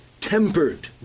tempered